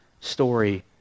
story